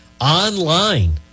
online